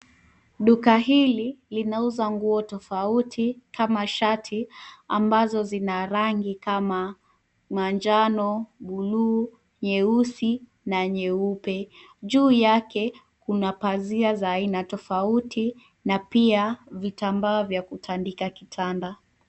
Duka hili linauza nguo tofauti kama shati ambazo zina rangi kama manjano, buluu, nyeusi na nyeupe. Juu yake kuna pazia za aina tofauti na pia vitambaa vya kutandika kitanda.